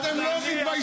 אתה סובלני,